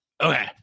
Okay